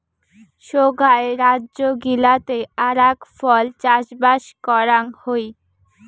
সোগায় রাজ্য গিলাতে আরাক ফল চাষবাস করাং হই